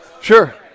Sure